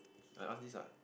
like ask this lah